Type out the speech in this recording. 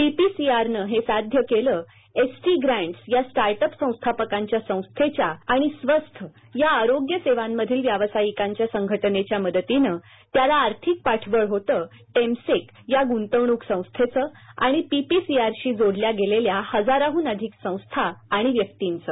पीपीसीआरनं हे साध्य केलं एसीटी प्रँटस या स्टार्टअप संस्स्थापकांच्या संस्थेच्या आणि स्वस्थ या आरोग्य सेवांमधील व्यावसायिकांच्या संघटनेच्या मदतीनं त्याला आर्थिक पाठबळ होतं टेमसेक या गृंतवणक संस्थेचं आणि पीपीसीआरशी जोडल्या गेलेल्या हजाराहन अधिक संस्था आणि व्यक्तींचं